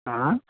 অ্যাঁ